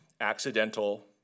accidental